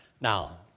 Now